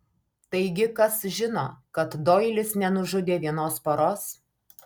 taigi kas žino kad doilis nenužudė vienos poros